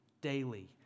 daily